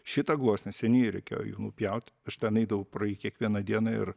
šitą gluosnį seniai reikėjo jį nupjauti aš ten eidavai pro jį kiekvieną dieną ir